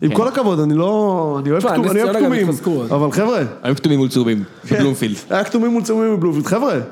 עם כל הכבוד, אני לא... אני אוהב כתומים, אבל חבר'ה... אני אוהב כתומים מול צהובים, בבלומפילד. היה כתומים מול צהובים בבלומפילד, חבר'ה!